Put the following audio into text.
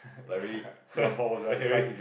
like really really